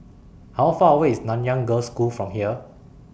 How Far away IS Nanyang Girls' High School from here